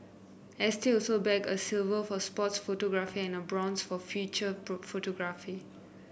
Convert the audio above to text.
S T also bagged a silver for sports photography and a bronze for feature photography